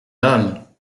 l’homme